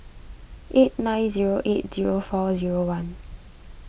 eight nine zero eight zero four zero one